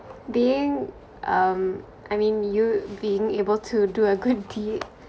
being um I mean you being able to do a good deed